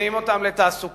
מוציאים אותן לתעסוקה?